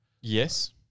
Yes